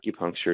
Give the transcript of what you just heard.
acupuncture